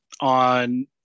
on